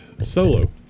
solo